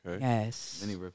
Yes